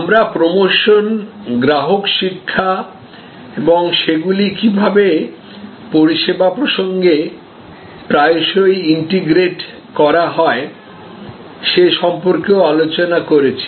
আমরা প্রমোশন গ্রাহক শিক্ষা এবং সেগুলি কীভাবে পরিষেবা প্রসঙ্গে প্রায়শই ইন্টিগ্রেট করা হয় সে সম্পর্কেও আলোচনা করেছি